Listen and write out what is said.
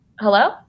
hello